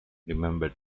remember